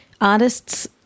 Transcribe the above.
artists